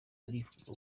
turifuza